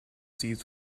seized